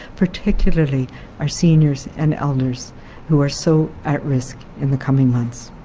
particularly our seniors and elders who are so at risk in the coming months.